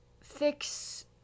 fix